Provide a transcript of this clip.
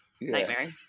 nightmare